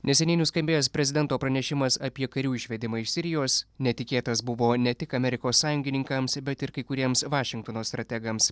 neseniai nuskambėjęs prezidento pranešimas apie karių išvedimą iš sirijos netikėtas buvo ne tik amerikos sąjungininkams bet ir kai kuriems vašingtono strategams